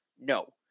No